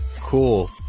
Cool